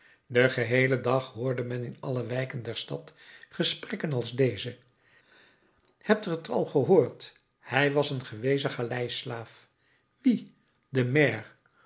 den geheelen dag hoorde men in alle wijken der stad gesprekken als deze hebt ge t al gehoord hij was een gewezen galeislaaf wie de maire